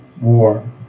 War